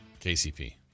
KCP